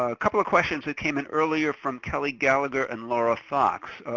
ah couple of questions that came in earlier from kelly gallagher and lara fox.